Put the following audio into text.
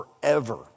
forever